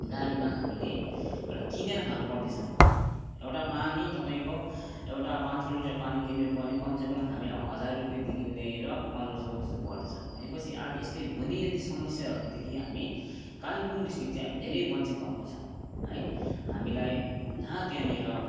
गाडीमा हामीले एउटा किनेर खानु पर्दैछ एउटा पानी तपाईँको एउटा पाँच सौ लिटर पानी किन्न पऱ्यो भने कम से कम हामीलाई हजार रूपियाँदैखि लिएर पन्ध्र सौ जस्तो पर्दैछ भनेपछि आज यस्तै समस्याहरूदेखि हामी कालिम्पोङ डिस्ट्रिक्ट चाहिँ धेरै हामी वञ्चित भएका छौँ है हामीलाई न त्यहाँनेर